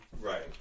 Right